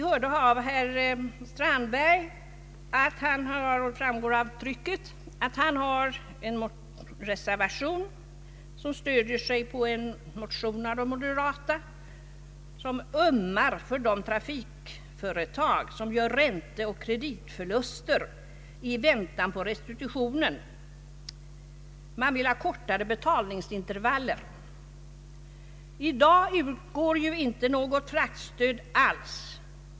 Herr Strandberg har avgivit en reservation som stöder sig på en motion av de moderata vilka ömmar för de trafikföretag som gör ränteoch kreditförluster i väntan på restitutionen. Motionärerna vill ha kortare betalningsintervaller. I dag utgår ju inte något fraktstöd alls.